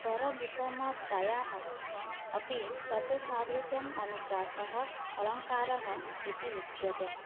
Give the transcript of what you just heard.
स्वरविषमतायाः अपि शब्दसादृश्यम् अनुप्रास अलङ्कारः इति उच्यते